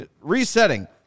Resetting